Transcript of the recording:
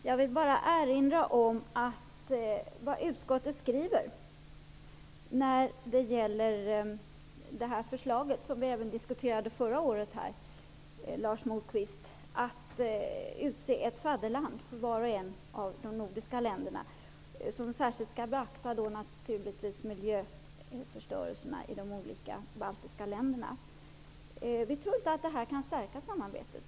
Herr talman! Jag vill bara erinra om vad utskottet skriver när det gäller förslaget -- som vi även diskuterade förra året, Lars Moquist -- om att utse ett nordiskt fadderland för vart och ett av de baltiska länderna. Dessa fadderländer skall naturligtvis särskilt beakta miljöförstöringen i de olika baltiska länderna. Vi tror inte att detta kan stärka samarbetet.